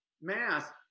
math